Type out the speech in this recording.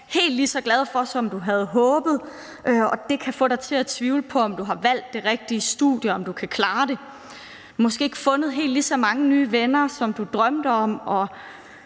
helt lige så glad for, som du havde håbet, og det kan få dig til at tvivle på, om du har valgt det rigtige studie, og om du kan klare det. Du har måske ikke fundet helt lige så mange nye venner, som du drømte om,